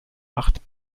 acht